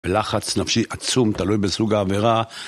ולחץ נפשי עצום, תלוי בסוג העבירה.